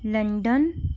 London